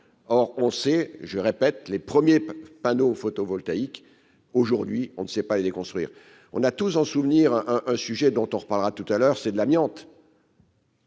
or on sait, je répète : les premiers panneaux photovoltaïques, aujourd'hui on ne sait pas les déconstruire, on a tous en souvenir, hein, un sujet dont on reparlera tout à l'heure, c'est de l'amiante.